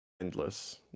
endless